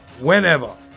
whenever